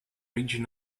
region